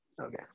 Okay